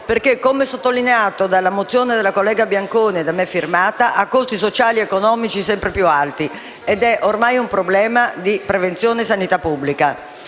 perché, come sottolineato nella mozione della collega Bianconi da me firmata, ha dei costi sociali ed economici sempre più alti ed è ormai un problema di prevenzione e sanità pubblica.